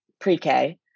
pre-K